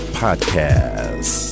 podcast